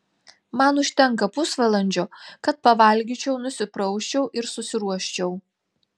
man užtenka pusvalandžio kad pavalgyčiau nusiprausčiau ir susiruoščiau